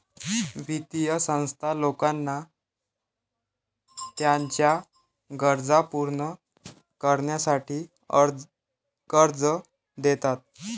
वित्तीय संस्था लोकांना त्यांच्या गरजा पूर्ण करण्यासाठी कर्ज देतात